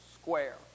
square